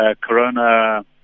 corona